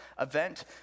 event